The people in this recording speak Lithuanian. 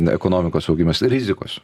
ekonomikos augimas rizikos